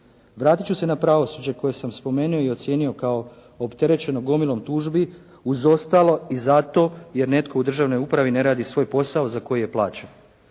Vratit ću se na pravosuđe koje sam spomenuo i ocijenio kao opterećeno gomilom tužbi uz ostalo i za to jer netko u državnoj upravi ne radi svoj posao za koji je plaćen.